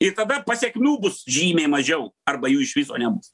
ir tada pasekmių bus žymiai mažiau arba jų iš viso nebus